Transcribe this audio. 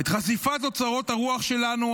את חשיפת אוצרות הרוח שלנו,